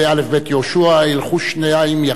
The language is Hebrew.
יהושע, "הילכו שניים יחדיו",